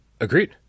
agreed